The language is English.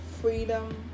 freedom